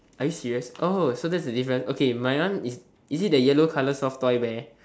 are you serious oh so that's the difference okay my one is is it the yellow colour soft toy bear